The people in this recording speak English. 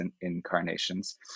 incarnations